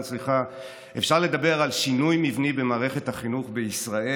אפשר לדבר על שינוי מבני במערכת החינוך בישראל: